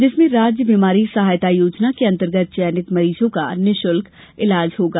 जिसमें राज्य बीमारी सहायता योजना के अंतर्गत चयनित मरीजों का निःशुल्क इलाज होगा